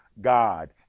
God